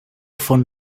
fun